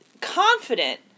confident